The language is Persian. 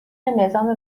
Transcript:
نظام